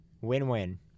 Win-win